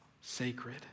sacred